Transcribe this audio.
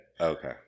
Okay